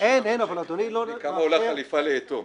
--- אבל אדוני לא --- כמה עולה חליפה ליתום?